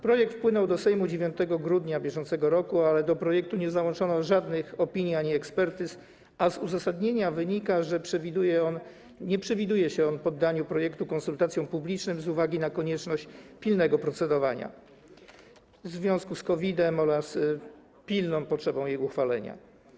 Projekt wpłynął do Sejmu 9 grudnia br., ale do projektu nie załączono żadnych opinii ani ekspertyz, a z uzasadnienia wynika, że nie przewiduje się poddania projektu konsultacjom publicznym z uwagi na konieczność pilnego procedowania nad nim w związku z COVID-em oraz pilną potrzebą jego uchwalenia.